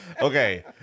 Okay